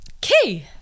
Key